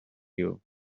you